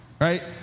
right